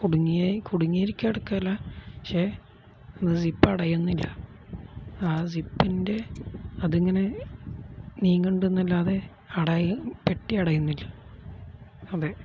കുടുങ്ങിക്കിടക്കുകയല്ല പക്ഷേ അത് സിപ്പടയുന്നില്ല ആ സിപ്പിൻ്റെ അതിങ്ങനെ നീങ്ങുന്നുണ്ട് എന്നല്ലാതെ പെട്ടി അടയുന്നില്ല അതെ